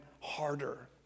harder